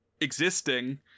existing